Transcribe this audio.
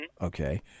Okay